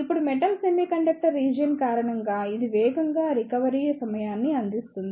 ఇప్పుడు metal semiconductor region కారణంగా ఇది వేగంగా రికవరీ సమయాన్ని అందిస్తుంది